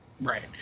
Right